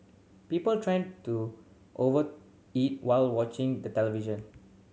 people trend to over eat while watching the television